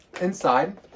Inside